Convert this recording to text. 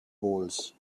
bowls